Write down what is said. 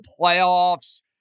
playoffs